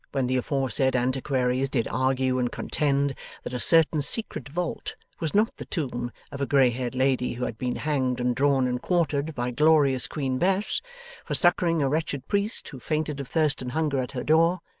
when the aforesaid antiquaries did argue and contend that a certain secret vault was not the tomb of a grey-haired lady who had been hanged and drawn and quartered by glorious queen bess for succouring a wretched priest who fainted of thirst and hunger at her door,